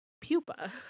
Pupa